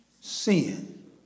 sin